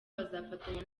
bazafatanya